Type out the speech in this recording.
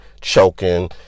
choking